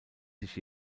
sich